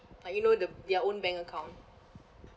like you know the their own bank account